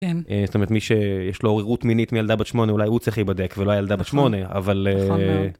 זאת אומרת, מי שיש לו עוררות מינית מילדה בת שמונה, אולי הוא צריך להיבדק ולא הילדה בת שמונה אבל, נכון מאוד.